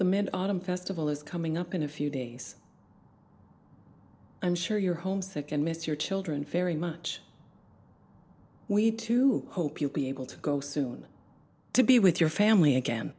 the mid autumn festival is coming up in a few days i'm sure you're homesick and miss your children very much we too hope you'll be able to go soon to be with your family again